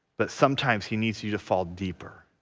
but sometimes he needs you to fall deeper